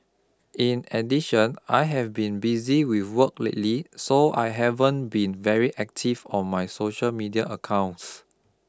in addition I have been busy with work lately so I haven't been very active on my social media accounts